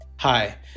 Hi